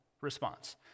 response